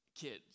kids